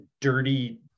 dirty